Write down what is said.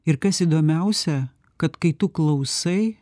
ir kas įdomiausia kad kai tu klausai